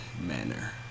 manner